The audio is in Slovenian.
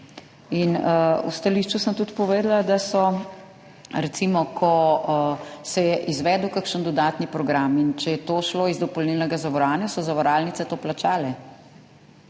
V stališču sem tudi povedala, da so recimo, ko se je izvedel kakšen dodatni program in če je to šlo iz dopolnilnega zavarovanja, zavarovalnice to plačale.